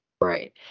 Right